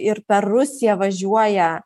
ir per rusiją važiuoja